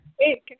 Hey